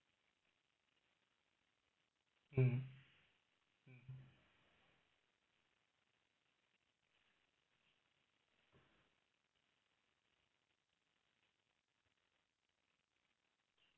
mmhmm